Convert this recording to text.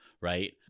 right